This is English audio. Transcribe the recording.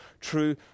true